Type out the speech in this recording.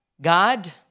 God